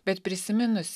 bet prisiminus